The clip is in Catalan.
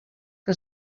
que